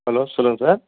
hello சொல்லுங்க sir